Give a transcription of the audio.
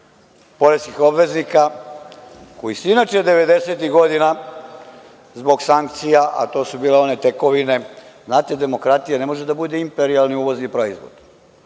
poreskih obveznika, koji su inače devedesetih godina zbog sankcija, a to je bilo ona tekovina, znate, demokratija ne može da bude imperijalni uvozni proizvod,